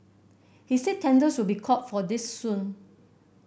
he said tenders will be called for this soon